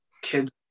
kids